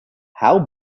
how